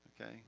Okay